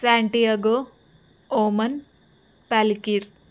Santiago Oman Palikir